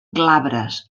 glabres